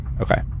Okay